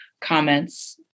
comments